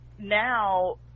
Now